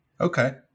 Okay